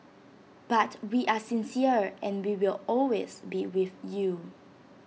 but we are sincere and we will always be with you